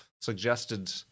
suggested